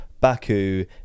Baku